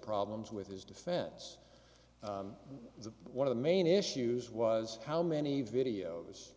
problems with his defense is that one of the main issues was how many videos